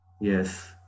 Yes